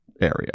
area